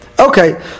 Okay